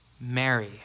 Mary